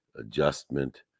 adjustment